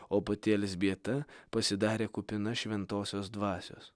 o pati elzbieta pasidarė kupina šventosios dvasios